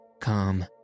calm